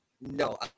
No